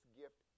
gift